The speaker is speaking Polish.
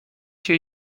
się